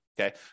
Okay